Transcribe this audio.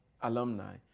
alumni